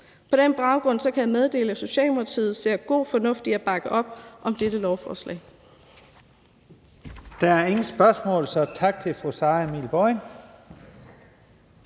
På den baggrund kan jeg meddele, at Socialdemokratiet ser god fornuft i at bakke op om dette lovforslag.